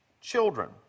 children